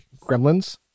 Gremlins